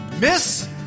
Miss